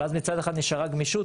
ואז מצד אחד נשארה גמישות,